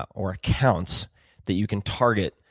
or accounts that you can target,